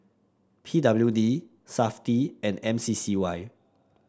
P W D Safti and M C C Y